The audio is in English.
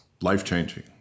life-changing